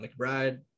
McBride